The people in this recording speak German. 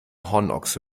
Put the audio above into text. hornochse